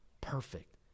perfect